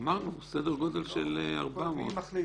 אמרנו, סדר גודל של 400. מי מחליט?